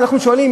אנחנו שואלים,